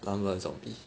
plant versus zombie